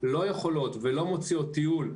לא יכולות ולא מוציאות טיול,